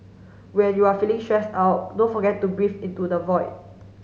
when you are feeling stressed out don't forget to breathe into the void